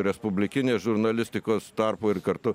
respublikinės žurnalistikos tarpo ir kartu